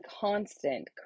constant